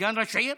סגן ראש עיר?